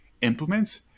implement